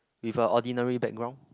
with a ordinary background